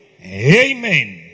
amen